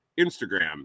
Instagram